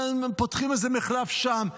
פותחים איזה מחלף שם.